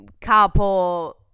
couple